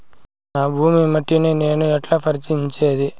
నా భూమి మట్టిని నేను ఎట్లా పరీక్షించేది?